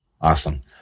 Awesome